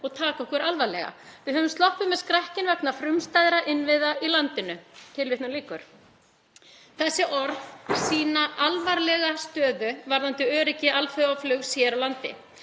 og taka okkur alvarlega. Við höfum sloppið með skrekkinn vegna frumstæðra innviða í landinu.“ Þessi orð sýna alvarlega stöðu varðandi öryggi alþjóðaflugs hér úr landi.